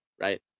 right